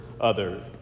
others